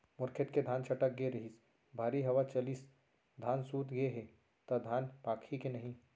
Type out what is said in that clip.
मोर खेत के धान छटक गे रहीस, भारी हवा चलिस, धान सूत गे हे, त धान पाकही के नहीं?